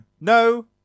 no